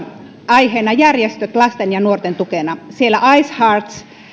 aiheena järjestöt lasten ja nuorten tukena siellä icehearts